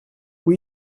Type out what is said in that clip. που